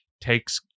takes